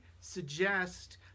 suggest